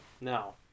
Now